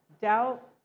doubt